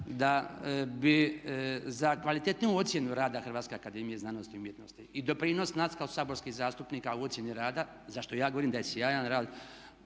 da bi za kvalitetniju ocjenu rada Hrvatske akademije znanosti i umjetnosti i doprinos nas kao saborskih zastupnika u ocjeni rada zašto ja govorim da je sjajan rad